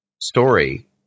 story